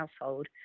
household